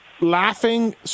laughing